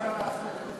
אז מה אפשר לעשות חוץ